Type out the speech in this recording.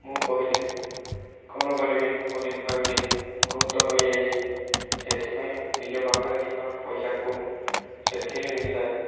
ମୁଁ କହିଲି କଣ କରିବି ବୋଲି ଭାବିଲି ଭୁଲ ତ ହୋଇଯାଇଛି ସେଥିପାଇଁ ନିଜ ପାଖରେ ଥିବା ପଇସାକୁ ସେଥିରେ ମିଶାଇ